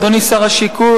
אדוני שר השיכון,